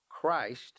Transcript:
Christ